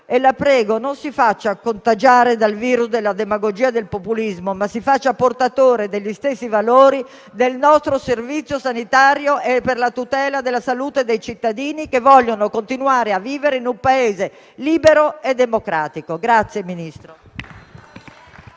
La prego, non si faccia contagiare dal virus della demagogia e del populismo, ma si faccia portatore degli stessi valori del nostro servizio sanitario per la tutela della salute dei cittadini che vogliono continuare a vivere in un Paese libero e democratico.